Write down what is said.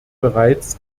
bereits